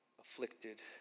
afflicted